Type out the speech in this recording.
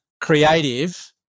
creative